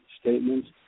statements